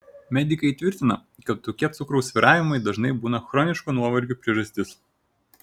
medikai tvirtina kad tokie cukraus svyravimai dažnai būna chroniško nuovargio priežastis